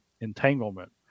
entanglement